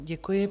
Děkuji.